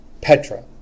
Petra